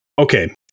okay